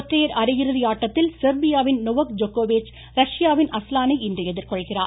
ஒற்றையர் அரையிறுதி ஆட்டத்தில் செர்பியாவின் நோவோக் ஆடவர் ஜோகோவிச் ரஷ்யாவின் அஸ்லானை இன்று எதிர்கொள்கிறார்